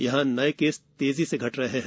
यहां नए केस तेजी से घट रहे हैं